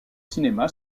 cinéma